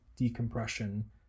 Decompression